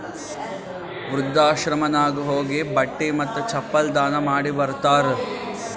ವೃದ್ಧಾಶ್ರಮನಾಗ್ ಹೋಗಿ ಬಟ್ಟಿ ಮತ್ತ ಚಪ್ಪಲ್ ದಾನ ಮಾಡಿ ಬರ್ತಾರ್